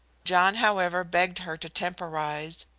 john, however, begged her to temporize,